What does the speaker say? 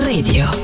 Radio